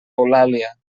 eulàlia